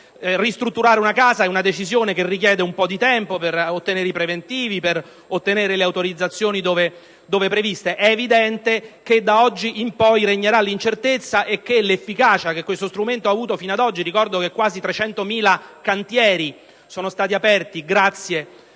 Ristrutturare una casa è decisione che richiede un po' tempo per ottenere i preventivi e le autorizzazioni, dove previste. È evidente che da oggi in poi regnerà l'incertezza, e che l'efficacia che questo strumento ha avuto fino ad oggi - ricordo che grazie all'incentivo sono stati aperti quasi